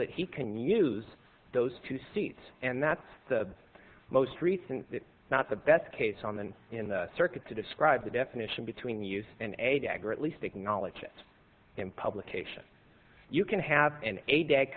that he can use those two seats and that's the most recent not the best case on the in the circuit to describe the definition between the use in a tag or at least acknowledge it in publication you can have an eight da